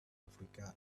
africa